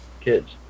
kids